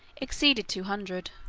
exceeded two hundred.